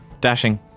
dashing